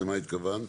למה התכוונת?